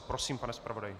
Prosím, pane zpravodaji.